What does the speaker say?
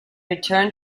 return